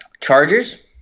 Chargers